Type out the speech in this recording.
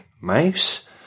Mouse